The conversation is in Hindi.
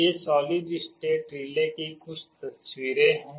ये सॉलिड स्टेट रिले की कुछ तस्वीरें हैं